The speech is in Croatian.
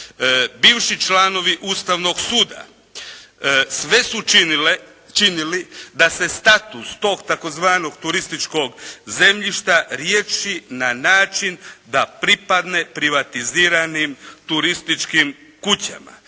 bivši članovi Ustavnog suda sve su činile, činili da se status tog tzv. turističkog zemljišta riješi na način da pripadne privatiziranim turističkim kućama.